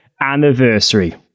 anniversary